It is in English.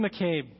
McCabe